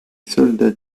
soldats